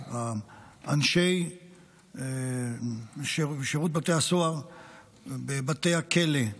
אנשי שירות בתי הסוהר בבתי הכלא,